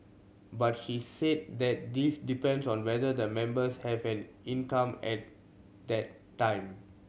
but she said that this depends on whether the members have an income at that time